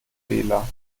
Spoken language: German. fehler